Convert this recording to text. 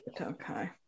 okay